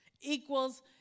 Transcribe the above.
equals